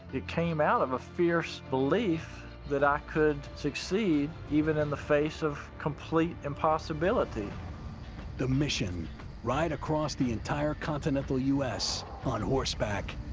it came out of a fierce belief that i could succeed even in the face of complete impossibility. narrator the mission ride across the entire continental u s. on horseback.